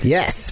Yes